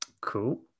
Cool